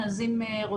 אז אם רוצים,